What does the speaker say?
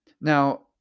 Now